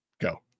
Go